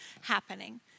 happening